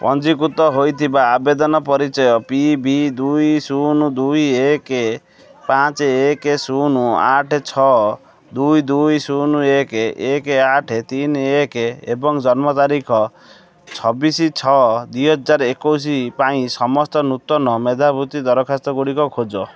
ପଞ୍ଜୀକୃତ ହୋଇଥିବା ଆବେଦନ ପରିଚୟ ପି ଭି ଦୁଇ ଶୂନ ଦୁଇ ଏକ ପାଞ୍ଚ ଏକ ଶୂନ ଆଠ ଛଅ ଦୁଇ ଦୁଇ ଶୂନ ଏକ ଏକ ଆଠ ତିନି ଏକ ଏବଂ ଜନ୍ମ ତାରିଖ ଛବିଶ ଛଅ ଦୁଇ ହଜାର ଏକୋଇଶ ପାଇଁ ସମସ୍ତ ନୂତନ ମେଧାବୃତ୍ତି ଦରଖାସ୍ତ ଗୁଡ଼ିକ ଖୋଜ